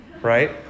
right